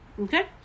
Okay